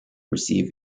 receive